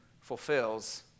fulfills